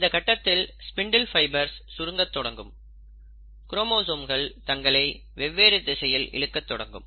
இந்தக் கட்டத்தில் spindle fibres சுருங்கத் தொடங்கும் க்ரோமோசோம்கள் தங்களை வெவ்வேறு திசையில் இழுக்கத் தொடங்கும்